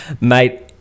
mate